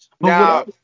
Now